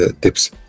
tips